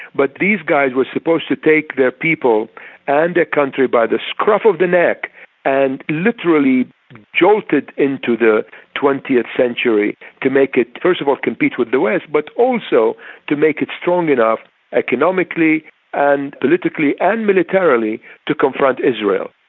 but these guy were supposed to take their people and their country by the scuff of the neck and literally jolt it into the twentieth century to make it first of all compete with the west, but also to make it strong enough economically and politically and militarily to confront israel.